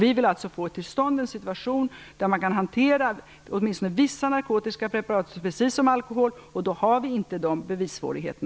Vi vill få till stånd att man kan hantera åtminstone vissa narkotiska preparat precis som alkohol. Då skulle vi inte längre ha sådana bevissvårigheter.